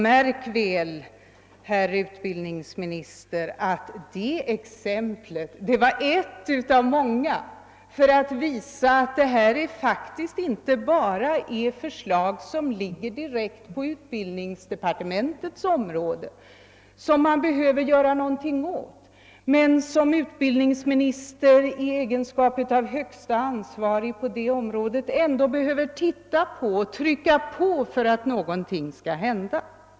Märk väl, herr utbildningsminister, att det exempel jag nämnde var ett av många för att visa att det faktiskt inte bara är förslag som ligger direkt på utbildningsdepartementets område som man bör göra någonting åt utan som utbildningsministern i egenskap av högste ansvarige på skolans område bör trycka på för att någonting skall hända.